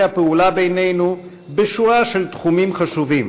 הפעולה בינינו בשׁוּרה של תחומים חשובים,